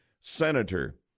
senator